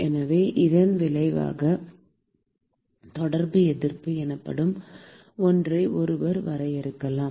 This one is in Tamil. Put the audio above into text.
எனவே இதன் விளைவாக தொடர்பு எதிர்ப்பு எனப்படும் ஒன்றை ஒருவர் வரையறுக்கலாம்